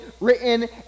written